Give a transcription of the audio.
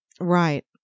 Right